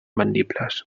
vendibles